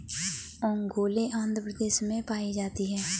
ओंगोले आंध्र प्रदेश में पाई जाती है